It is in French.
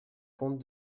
compte